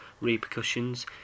repercussions